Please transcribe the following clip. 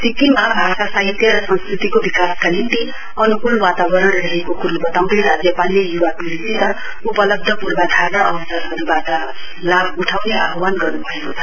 सिक्किम भाषा साहित्य र संस्कृतिको विकासका लागि अनुकूल वातावरण रहेको कुरो बताउँदै राज्यपालले युवा पीढ़िसित उपलब्ध पूर्वाधार र अवसरहरूबाट लाभ उठाउने आह्वान गर्नु भएको छ